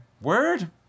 word